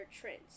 trends